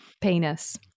penis